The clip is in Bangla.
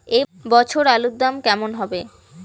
এ বছর আলুর দাম কেমন হবে?